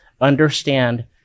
understand